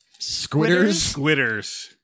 Squitters